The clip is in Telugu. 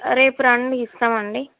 రేపు రండి ఇస్తాం అండి